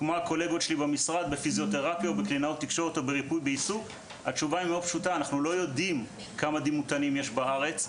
זה כי אנחנו לא יודעים כמה דימותנים יש בארץ.